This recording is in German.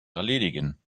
erledigen